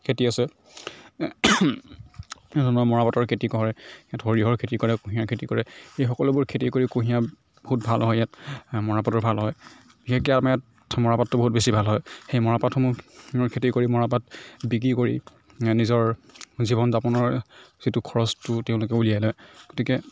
খেতি আছে কিছুমানে মৰাপাটৰ খেতি কৰে ইয়াত সৰিয়হৰ খেতি কৰে কুঁহিয়াৰৰ খেতি কৰে এই সকলোবোৰ খেতি কৰি কুঁহিয়াৰ বহুত ভাল হয় ইয়াত মৰাপাটো ভাল হয় বিশেষকৈৈ আমাৰ ইয়াত মৰাপাটটো বহুত বেছি ভাল হয় সেই মৰাপাটসমূহ নৈ খেতি কৰি মৰাপাট বিক্ৰী কৰি নিজৰ জীৱন যাপনৰ যিটো খৰচটো তেওঁলোকে উলিয়াই লয় গতিকে